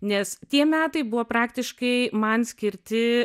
nes tie metai buvo praktiškai man skirti